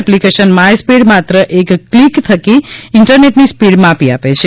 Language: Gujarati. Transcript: એપ્લીકેશન માય સ્પીડ માત્ર એક ક્લીક થકી ઇન્ટરનેટની સ્પીડ માપી આપે છે